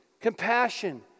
compassion